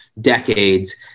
decades